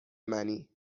منی